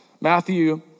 Matthew